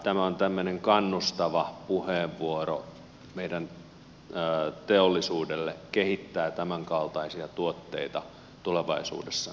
tämä on tämmöinen kannustava puheenvuoro meidän teollisuudelle kehittää tämänkaltaisia tuotteita tulevaisuudessa entistä enemmän